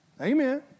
Amen